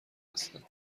هستند